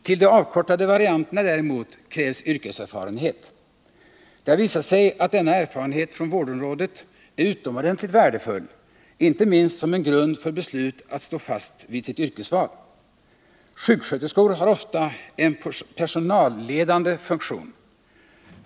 Till de avkortade varianterna däremot krävs yrkeserfarenhet. Det har visat sig att denna erfarenhet från vårdområdet är utomordentligt värdefull, inte minst som en grund för beslut att stå fast vid sitt yrkesval. Sjuksköterskor har ofta en personalledande funktion.